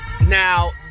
Now